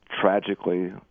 tragically